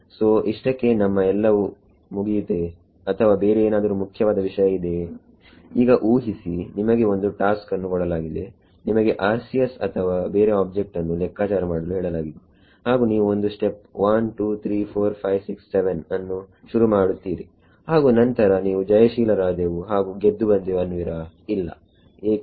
ಸೋಇಷ್ಟಕ್ಕೆ ನಮ್ಮ ಎಲ್ಲವು ಮುಗಿಯಿತೇ ಅಥವಾ ಬೇರೆ ಏನಾದರೂ ಮುಖ್ಯವಾದ ವಿಷಯ ಇದೆಯೇ ಈಗ ಊಹಿಸಿ ನಿಮಗೆ ಒಂದು ಟಾಸ್ಕ್ ಅನ್ನು ಕೊಡಲಾಗಿದೆ ನಿಮಗೆ RCS ಅಥವಾ ಬೇರೆ ಆಬ್ಜೆಕ್ಟ್ ಅನ್ನು ಲೆಕ್ಕಾಚಾರ ಮಾಡಲು ಹೇಳಲಾಗಿದೆ ಹಾಗು ನೀವು ಬಂದು ಸ್ಟೆಪ್ 1234567 ಅನ್ನು ಶುರುಮಾಡುತ್ತೀರಿ ಹಾಗು ನಂತರ ನೀವು ಜಯಶೀಲರಾದೆವು ಹಾಗು ಗೆದ್ದು ಬಂದೆವು ಅನ್ನುವಿರಾ ಇಲ್ಲ ಏಕೆ